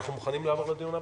אנחנו מוכנים לעבור לדיון הבא?